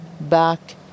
back